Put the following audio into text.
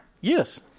Yes